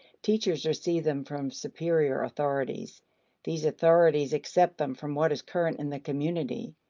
teachers receive them from superior authorities these authorities accept them from what is current in the community.